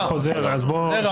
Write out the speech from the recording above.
רגע, רגע, לא.